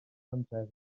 francesa